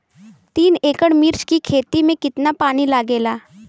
तीन एकड़ मिर्च की खेती में कितना पानी लागेला?